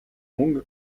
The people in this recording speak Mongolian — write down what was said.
мөн